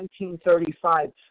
1935